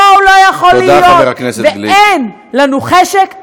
לא יכול להיות ואין לנו חשק לחישוקאים.